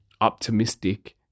optimistic